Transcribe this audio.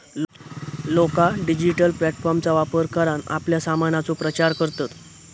लोका डिजिटल प्लॅटफॉर्मचा वापर करान आपल्या सामानाचो प्रचार करतत